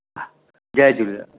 हा जय झूलेलाल